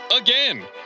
Again